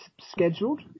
scheduled